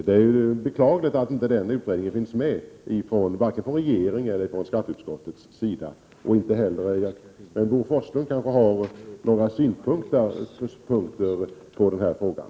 Det är beklagligt att varken regeringen eller skatteutskottet har med någon utredning, men Bo Forslund har kanske några synpunkter i frågan.